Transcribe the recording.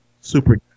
super